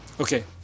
Okay